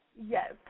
Yes